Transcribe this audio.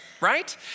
Right